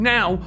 Now